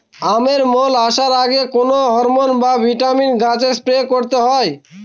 আমের মোল আসার আগে কোন হরমন বা ভিটামিন গাছে স্প্রে করতে হয়?